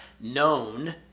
known